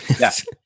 Yes